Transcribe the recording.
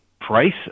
price